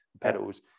pedals